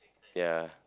ya